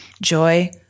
joy